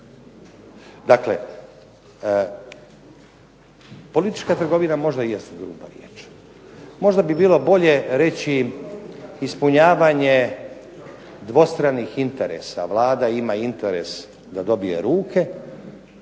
Dakle, politička trgovina možda i jest gruba riječ. Možda bi bilo bolje reći ispunjavanje dvostranih interesa, Vlada ima interes da dobije ruke,